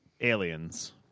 Aliens